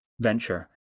venture